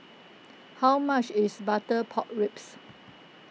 how much is Butter Pork Ribs